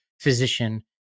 physician